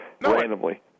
Randomly